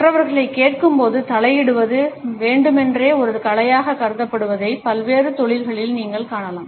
மற்றவர்களைக் கேட்கும்போது தலையிடுவது வேண்டுமென்றே ஒரு கலையாக கருதப்படுவதை பல்வேறு தொழில்களில் நீங்கள் காணலாம்